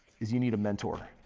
is you need a mentor.